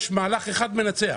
יש מהלך אחד מנצח